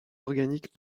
organiques